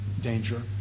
danger